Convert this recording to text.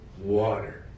water